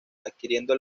adquiriendo